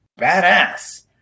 badass